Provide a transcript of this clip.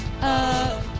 up